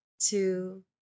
two